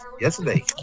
yesterday